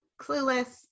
Clueless